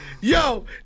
Yo